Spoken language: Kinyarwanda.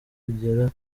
kugera